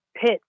pit